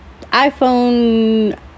iPhone